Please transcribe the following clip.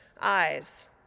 eyes